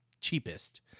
cheapest